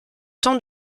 tant